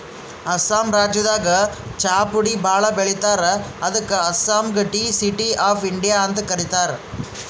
ಅಸ್ಸಾಂ ರಾಜ್ಯದಾಗ್ ಚಾಪುಡಿ ಭಾಳ್ ಬೆಳಿತಾರ್ ಅದಕ್ಕ್ ಅಸ್ಸಾಂಗ್ ಟೀ ಸಿಟಿ ಆಫ್ ಇಂಡಿಯಾ ಅಂತ್ ಕರಿತಾರ್